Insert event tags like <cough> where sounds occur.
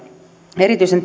erityisen <unintelligible>